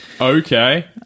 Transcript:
Okay